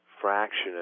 fraction